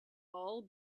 all